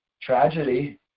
tragedy